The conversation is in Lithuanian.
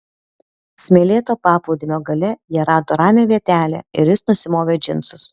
smėlėto paplūdimio gale jie rado ramią vietelę ir jis nusimovė džinsus